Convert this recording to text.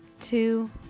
two